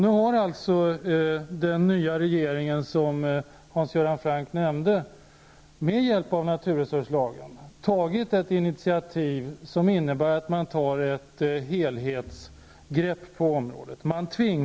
Nu har alltså den nya regeringen, som Hans Göran Franck nämnde, med stöd av naturresurslagen tagit ett initiativ som innebär att man tar ett helhetsgrepp på området.